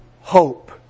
hope